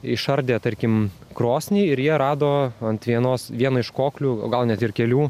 išardė tarkim krosnį ir jie rado ant vienos vieną iš koklių o gal net ir kelių